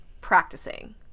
practicing